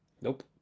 Nope